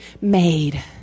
made